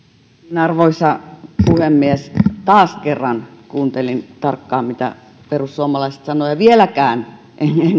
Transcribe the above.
arvoisa puhemies taas kerran kuuntelin tarkkaan mitä perussuomaiset sanoivat ja vieläkään en